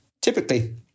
Typically